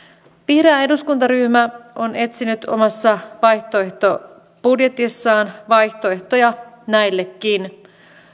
vihreä eduskuntaryhmä on etsinyt omassa vaihtoehtobudjetissaan vaihtoehtoja näillekin